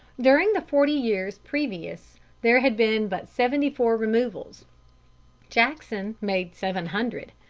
during the forty years previous there had been but seventy-four removals jackson made seven hundred.